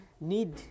need